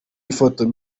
ifoto